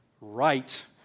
right